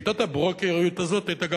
שיטת הברוקריות הזאת היתה גם,